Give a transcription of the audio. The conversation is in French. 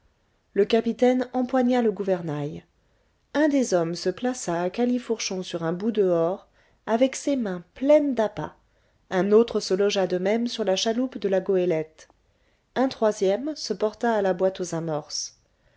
le capitaine empoigna le gouvernail un des hommes se plaça à califourchon sur un bouts-dehors avec ses mains pleines d'appât un autre se logea de même sur la chaloupe de la goélette un troisième se porta à la boîte aux amorces